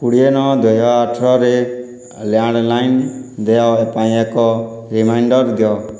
କୋଡ଼ିଏ ନଅ ଦୁଇହଜାର ଅଠରରେ ଲ୍ୟାଣ୍ଡ୍ଲାଇନ୍ ଦେୟ ପାଇଁ ଏକ ରିମାଇଣ୍ଡର ଦିଅ